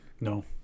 No